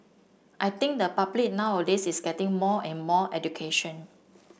I think the public nowadays is getting more and more education